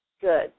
good